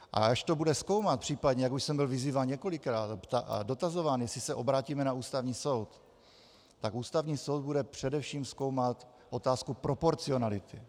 A až to bude zkoumat, případně, jak už jsem byl vyzýván několikrát a dotazován, jestli se obrátíme na Ústavní soud, tak Ústavní soud bude především zkoumat otázku proporcionality.